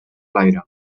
l’aire